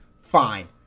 fine